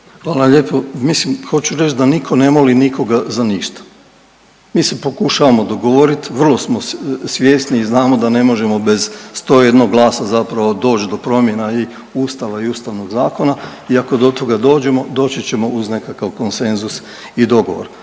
Hvala lijepo. Mislim hoću reći da nitko ne moli nikoga za ništa. Mi se pokušavamo dogovorit, vrlo smo svjesni i znamo da ne možemo bez 101 glasa zapravo doći do promjena i Ustava i Ustavnog zakona i ako do toga dođemo, doći ćemo uz nekakav konsenzus i dogovor.